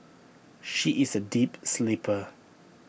she is A deep sleeper